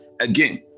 again